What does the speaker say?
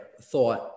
thought